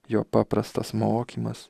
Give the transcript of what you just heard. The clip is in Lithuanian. jo paprastas mokymas